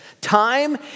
time